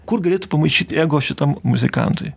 kur galėtų pamaišyti ego šitam muzikantui